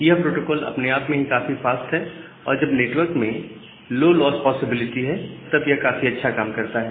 यह प्रोटोकॉल अपने आप में ही काफी फास्ट है और जब नेटवर्क में लो लॉस प्रोबेबिलिटी है तब यह काफी अच्छा काम करता है